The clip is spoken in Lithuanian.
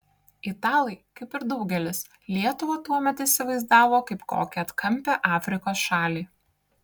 italai kaip ir daugelis lietuvą tuomet įsivaizdavo kaip kokią atkampią afrikos šalį